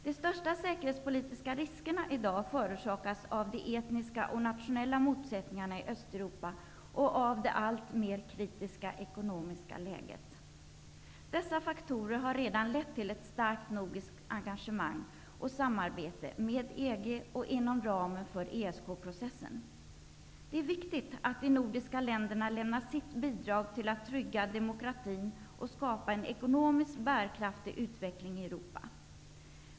De största säkerhetspolitiska riskerna i dag förorsakas av de etniska och nationella motsättningarna i Östeuropa och av det alltmer kritiska ekonomiska läget. Dessa faktorer har redan lett till ett starkt nordiskt engagemang och samarbete med EG inom ramen för ESK-processen. Det är viktigt att de nordiska länderna lämnar sitt bidrag till att trygga demokratin och skapa en ekonomiskt bärkraftig utveckling i Europa.